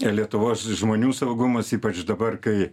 lietuvos žmonių saugumas ypač dabar kai